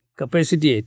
capacity